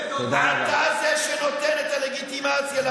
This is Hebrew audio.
אתה זה שנותן את הלגיטימציה לפרעות.